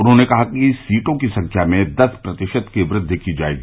उन्होंने कहा कि सीटों की संख्या में दस प्रतिशत की वृद्धि की जाएगी